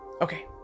Okay